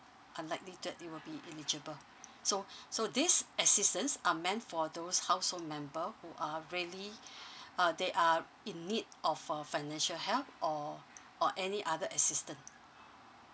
unlikely that you will be eligible so so this assistance are meant for those household member who are really uh they are in need of a financial help or or any other assistant